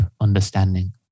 understanding